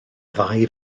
ddau